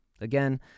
Again